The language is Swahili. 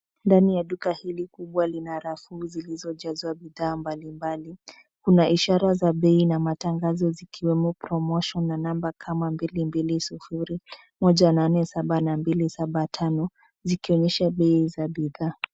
Ndani ya duka hili kubwa lina rafu zilizojazwa bidhaa mbalimbali. Kuna ishara za bei na matangazo zikiwemo promotion na namba kama mbili mbili sufuri moja nane saba na mbili saba tano zikionyesha bei za bidhaa.